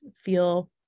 feel